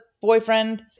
boyfriend